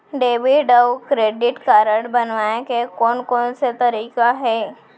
Debit अऊ credit card बनवाए के कोन कोन से तरीका हे?